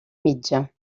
mitja